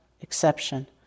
exception